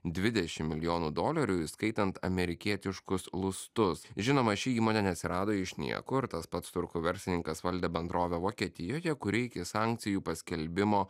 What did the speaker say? dvidešim milijonų dolerių įskaitant amerikietiškus lustus žinoma ši įmonė neatsirado iš niekur tas pats turkų verslininkas valdė bendrovę vokietijoje kur reikia sankcijų paskelbimo